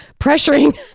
pressuring